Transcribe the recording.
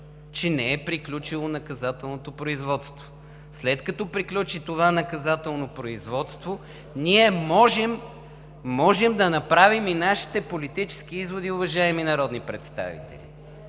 че не е приключило наказателното производство. След като приключи това наказателно производство, ние можем да направим и нашите политически изводи, уважаеми народни представители.